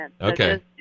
Okay